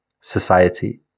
society